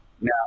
Now